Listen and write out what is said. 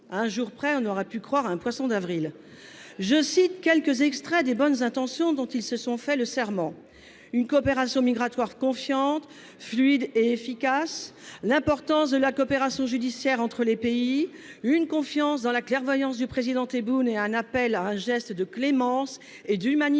un jour près, on aurait pu croire à un poisson d’avril ! Citons quelques extraits des bonnes intentions dont ils se sont fait le serment : il y est question d’une « coopération migratoire confiante, fluide et efficace », de l’« importance de la coopération judiciaire entre les deux pays », de la « confiance dans la clairvoyance du président Tebboune » et d’un appel « à un geste de clémence et d’humanité